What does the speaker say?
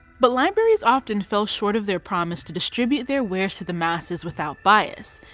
but libraries often fell short of their promise to distribute their wares to the masses without bias.